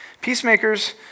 Peacemakers